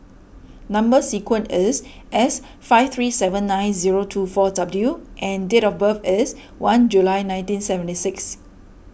Number Sequence is S five three seven nine zero two four W and date of birth is one July nineteen seventy six